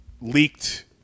leaked